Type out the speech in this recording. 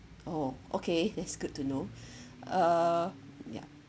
oh okay that's good to know uh ya